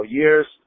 years